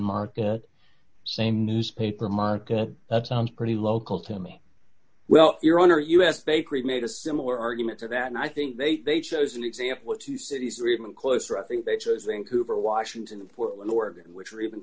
market same newspaper market that sounds pretty local to me well your honor us bakery made a similar argument to that and i think they they chose an example two cities or even closer i think they chose in cooper washington portland oregon which are even